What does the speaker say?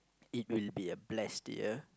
it will be a blessed year